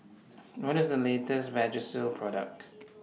What IS The latest Vagisil Product